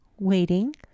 waiting